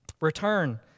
Return